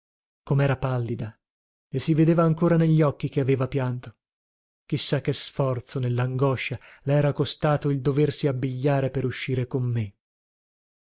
comera pallida le si vedeva ancora negli occhi che aveva pianto chi sa che sforzo nellangoscia le era costato il doversi abbigliare per uscire con me